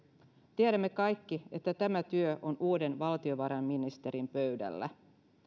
tiedämme kaikki että tämä työ on uuden valtiovarainministerin pöydällä